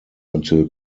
until